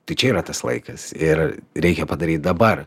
tai čia yra tas laikas ir reikia padaryt dabar